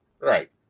Right